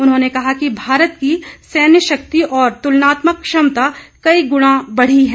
उन्होंने कहा कि भारत की सैन्य शक्ति और तुलनात्मक क्षमता कई गुणा बढ़ी है